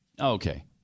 Okay